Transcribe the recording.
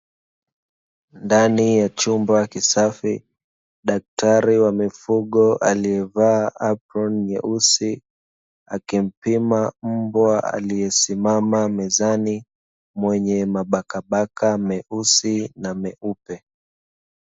Ndani ya chumba kisafi, daktari wa mifugo aliyevaa aproni nyeusi, akimpima mbwa aliyesimama mezani, mwenye mabakabaka meusi na meupe.